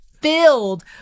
filled